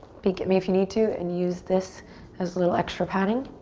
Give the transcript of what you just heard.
peek at me if you need to and use this as a little extra padding.